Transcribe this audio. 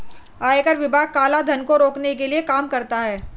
आयकर विभाग काला धन को रोकने के लिए काम करता है